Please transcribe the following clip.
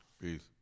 peace